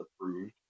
approved